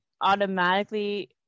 automatically